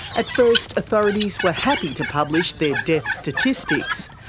at first authorities were happy to publish their death statistics,